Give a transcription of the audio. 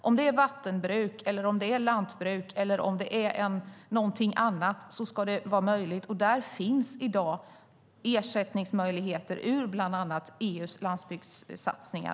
Om det är vattenbruk, om det är lantbruk eller om det är någonting annat ska det vara möjligt. Där finns i dag ersättningsmöjligheter ur bland annat EU:s landsbygdssatsningar.